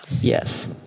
Yes